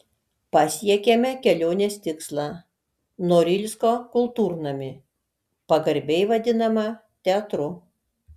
pasiekėme kelionės tikslą norilsko kultūrnamį pagarbiai vadinamą teatru